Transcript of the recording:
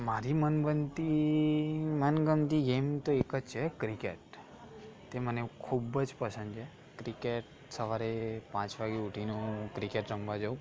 મારી મન ગનતી મનગમતી ગેમ તો એક જ છે ક્રિકેટ તે મને ખૂબ જ પસંદ છે ક્રિકેટ સવારે પાંચ વાગે ઉઠીને હું ક્રિકેટ રમવા જાઉ